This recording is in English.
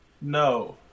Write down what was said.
no